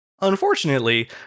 Unfortunately